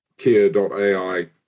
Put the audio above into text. kia.ai